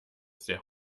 sehr